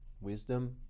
wisdom